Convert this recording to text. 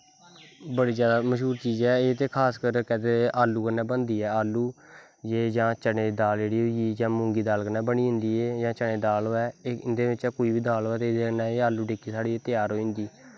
बड़ी जैदा मश्हूर चीज ऐ एह् ते खासकर आलू कन्नै बनदी ऐ आलू जां चनें दी दाल जेह्ड़ी होई गेई जां मुंगी दी दाल कन्नै बनी जंदी एह् जां चनें दी दाल होऐ एह्दै चा कोई बी दाल होऐ तां एह्दै कन्नै साढ़ी आलू टिक्की त्यार होई जंदी